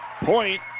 Point